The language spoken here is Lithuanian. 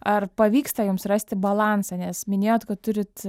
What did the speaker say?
ar pavyksta jums rasti balansą nes minėjot kad turit